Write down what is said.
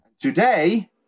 today